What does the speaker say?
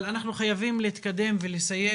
אבל אנחנו חייבים להתקדם ולסיים,